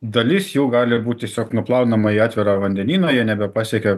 dalis jų gali būt tiesiog nuplaunama į atvirą vandenyną jie nebepasiekia